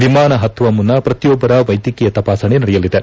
ವಿಮಾನಪತ್ತುವ ಮುನ್ನ ಪ್ರತಿಯೊಬ್ಬರ ವೈದ್ಯಕೀಯ ತಪಾಸಣೆ ನಡೆಯಲಿದೆ